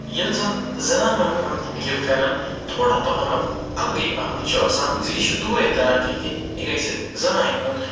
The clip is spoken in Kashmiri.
ییٚلہِ زن زنانَن ہُنٛد یہِ فٮ۪رن تھوڑا پہمتھ الگٕے پہمتھ چھُ آسان زِ یہِ چھُ دوٗرے تَران فِکرِ یہِ گَژِھ زنانہِ ہُنٛد